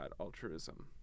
altruism